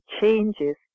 changes